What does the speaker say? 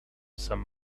some